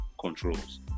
controls